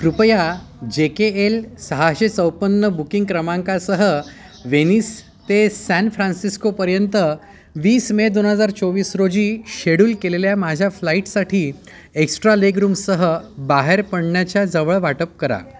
कृपया J K L सहाशे चौपन्न बुकिंग क्रमांकासह वेनिस ते सॅन फ्रान्सिस्कोपर्यंत वीस मे दोन हजार चोवीस रोजी शेड्यूल केलेल्या माझ्या फ्लाईटसाठी एक्स्ट्रा लेगरूमसह बाहेर पडण्याच्या जवळ वाटप करा